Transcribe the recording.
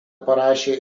parašė